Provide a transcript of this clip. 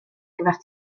gyfer